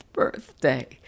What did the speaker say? birthday